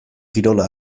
kirola